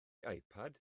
ipad